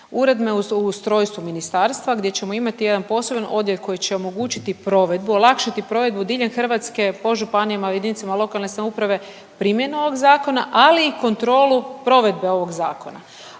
uredbe o ustrojstvu ministarstva gdje ćemo imati jedan poseban odjel koji će omogućiti provedbu, olakšati provedbu diljem Hrvatske po županijama, jedinicama lokalne samouprave primjenu ovog zakona, ali i kontrolu provedbe ovog zakona.